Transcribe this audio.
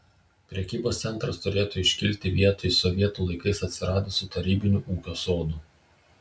prekybos centras turėtų iškilti vietoj sovietų laikais atsiradusių tarybinio ūkio sodų